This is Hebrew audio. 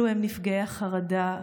אלו הם נפגעי החרדה.